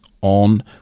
on